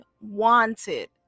wanted